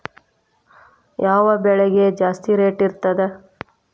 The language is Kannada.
ಯಾವ ಬೆಳಿಗೆ ಜಾಸ್ತಿ ರೇಟ್ ಇರ್ತದ?